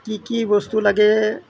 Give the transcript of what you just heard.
কি কি বস্তু লাগে